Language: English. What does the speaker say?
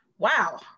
Wow